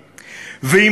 ההלכה.